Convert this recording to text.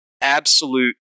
absolute